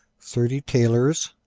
thirty tailors,